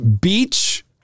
beach